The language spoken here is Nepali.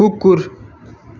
कुकुर